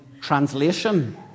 translation